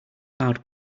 loud